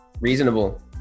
reasonable